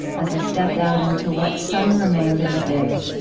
as i stepped out into what sun remained in the day,